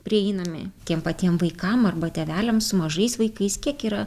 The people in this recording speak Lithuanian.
prieinami tiem patiem vaikam arba tėveliam su mažais vaikais kiek yra